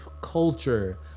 culture